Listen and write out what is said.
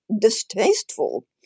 distasteful